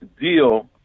deal